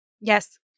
Yes